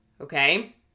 okay